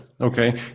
Okay